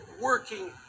working